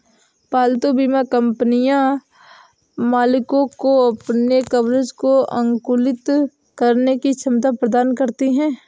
पालतू बीमा कंपनियां मालिकों को अपने कवरेज को अनुकूलित करने की क्षमता प्रदान करती हैं